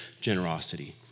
generosity